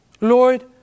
Lord